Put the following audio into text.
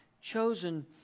chosen